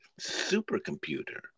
supercomputer